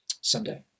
someday